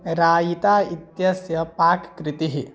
रायिता इत्यस्य पाककृतिः